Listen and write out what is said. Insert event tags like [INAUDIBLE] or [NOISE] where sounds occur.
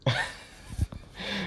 [LAUGHS]